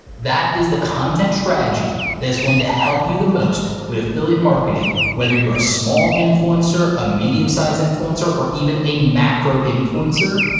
that is the content strategy that is going to help you the most with affiliate marketing, whether you are a small influencer, a medium sized influencer, or even a macro influencer,